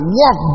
walk